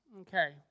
Okay